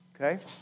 okay